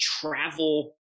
travel